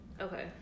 okay